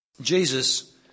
Jesus